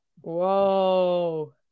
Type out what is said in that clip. Whoa